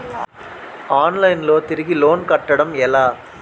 Online లో loan తిరిగి కట్టడం ఎలా?